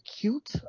cute